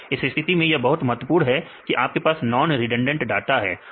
इस स्थिति में यह बहुत महत्वपूर्ण है कि आपके पास नॉन रिडंडेंट डाटा हो